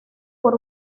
por